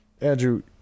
Andrew